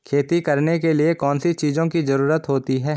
खेती करने के लिए कौनसी चीज़ों की ज़रूरत होती हैं?